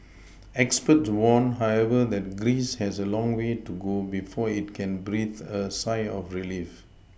experts warn however that Greece has a long way to go before it can breathe a sigh of Relief